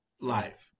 life